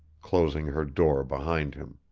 closing her door behind him.